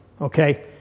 Okay